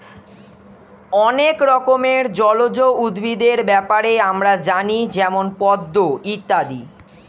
অনেক রকমের জলজ উদ্ভিদের ব্যাপারে আমরা জানি যেমন পদ্ম ইত্যাদি